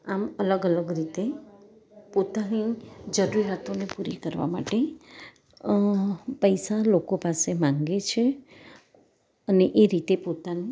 આમ અલગ અલગ રીતે પોતાની જરૂરિયાતોને પૂરી કરવા માટે પૈસા લોકો પાસે માંગે છે અને એ રીતે પોતાનું